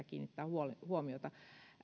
kiinnittää huomiota huomiota